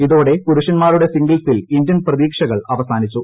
ഇതോടെ പുരുഷന്മാരുടെ സിഗിംൾസിൽ ഇന്ത്യൻ പ്രതീക്ഷകൾ അവസാനിച്ചു